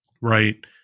Right